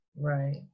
right